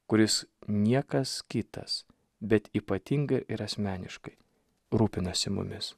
kuris niekas kitas bet ypatinga ir asmeniškai rūpinasi mumis